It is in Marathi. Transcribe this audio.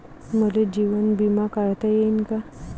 मले जीवन बिमा काढता येईन का?